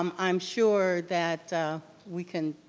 um i'm sure that we can,